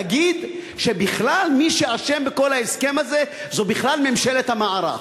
תגיד שבכלל מי שאשם בכל ההסכם הזה זה בכלל ממשלת המערך.